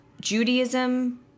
Judaism